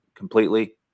completely